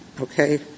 okay